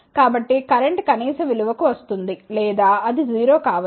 కాబట్టి కరెంట్ కనీస విలువకు వస్తుంది లేదా అది 0 కావచ్చు